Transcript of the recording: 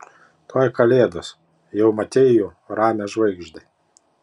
tuoj kalėdos jau matei jų ramią žvaigždę